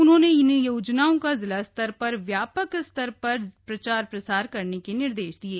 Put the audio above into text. उन्होंने इन योजनाओं का जिलास्तर पर व्यापक स्तर पर प्रचार प्रसार करने के निर्देश दिये